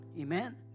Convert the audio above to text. Amen